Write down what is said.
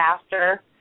faster